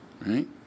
Right